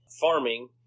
farming